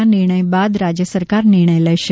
ના નિર્ણય બાદ રાજ્ય સરકાર નિર્ણય લેશે